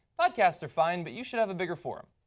podcasts are fine, but you should have a bigger forum.